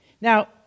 Now